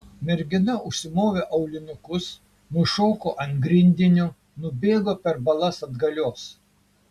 mergina užsimovė aulinukus nušoko ant grindinio nubėgo per balas atgalios